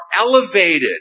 elevated